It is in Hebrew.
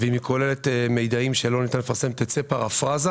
ואם היא כוללת מידעים שלא ניתן לפרסם, תצא פרפרזה,